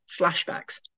flashbacks